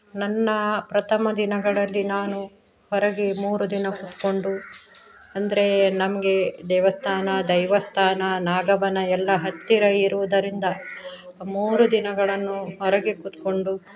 ನನ್ನ ಪ್ರಥಮ ದಿನಗಳಲ್ಲಿ ನಾನು ಹೊರಗೆ ಮೂರು ದಿನ ಕೂತ್ಕೊಂಡು ಅಂದರೆ ನಮಗೆ ದೇವಸ್ಥಾನ ದೈವಸ್ಥಾನ ನಾಗಬನ ಎಲ್ಲ ಹತ್ತಿರ ಇರುವುದರಿಂದ ಮೂರು ದಿನಗಳನ್ನು ಹೊರಗೆ ಕೂತ್ಕೊಂಡು